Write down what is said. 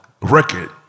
record